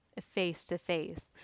face-to-face